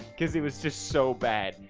cause it was just so bad.